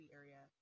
area